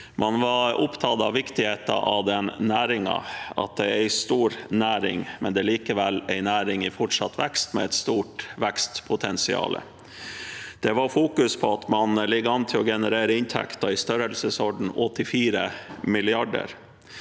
Man var opptatt av viktigheten av næringen, at det er en stor næring, men det er likevel en næring i fortsatt vekst og med et stort vekstpotensial. Det var fokusert på at man ligger an til å generere inntekter i størrelsesordenen 84 mrd.